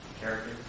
character